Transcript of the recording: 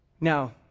Now